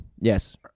Yes